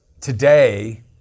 today